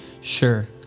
sure